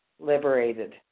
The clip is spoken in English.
liberated